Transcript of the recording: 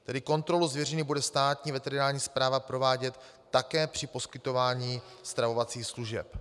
Tedy kontrolu zvěřiny bude Státní veterinární správa provádět také při poskytování stravovacích služeb.